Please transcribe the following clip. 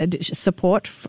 support